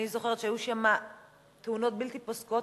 אני זוכרת שהיו שם תאונות בלתי פוסקות